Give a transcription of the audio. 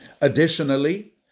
Additionally